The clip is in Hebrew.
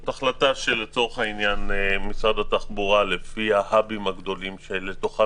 זאת החלטה של משרד התחבורה לפי המוקדים שלתוכם